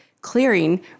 clearing